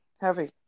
heavy